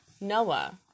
Noah